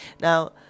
now